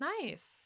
Nice